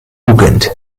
jugend